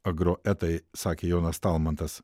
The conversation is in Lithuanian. agroetai sakė jonas talmantas